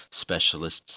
specialists